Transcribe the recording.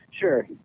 Sure